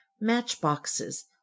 match-boxes